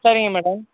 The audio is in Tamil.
சரிங்க மேடம்